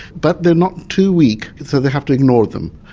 but they're not too weak so they have to ignore them.